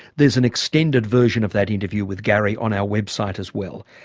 there's an extended version of that interview with gary on our website as well.